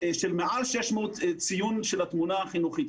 של מעל 600 ציון של התמונה החינוכית.